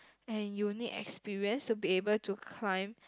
and unique experience to be able to climb